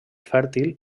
fèrtil